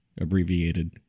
abbreviated